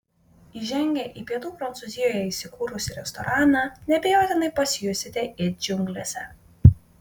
įžengę į pietų prancūzijoje įsikūrusį restoraną neabejotinai pasijusite it džiunglėse